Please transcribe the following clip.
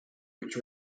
which